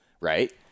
Right